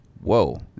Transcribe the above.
Whoa